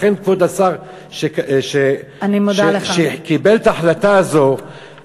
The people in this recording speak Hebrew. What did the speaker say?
לכן כבוד השר שקיבל את ההחלטה הזאת,